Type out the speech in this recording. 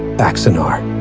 axanar,